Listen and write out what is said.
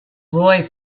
boy